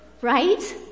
right